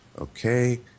okay